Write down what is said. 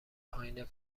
پایین